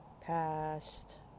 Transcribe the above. past